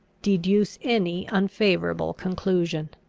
deduce any unfavourable conclusion.